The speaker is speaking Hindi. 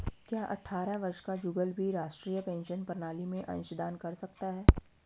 क्या अट्ठारह वर्ष का जुगल भी राष्ट्रीय पेंशन प्रणाली में अंशदान कर सकता है?